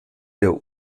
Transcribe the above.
der